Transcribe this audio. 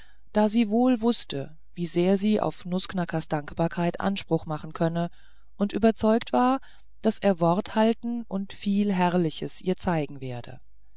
da sie wohl wußte wie sehr sie auf nußknackers dankbarkeit anspruch machen könne und überzeugt war daß er wort halten und viel herrliches ihr zeigen werde